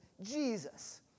Jesus